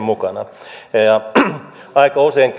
mukana ja aika usein